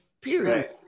Period